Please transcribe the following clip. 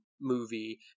movie